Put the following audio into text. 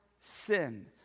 sin